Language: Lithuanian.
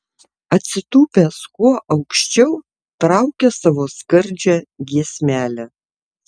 atsitūpęs kuo aukščiau traukia savo skardžią giesmelę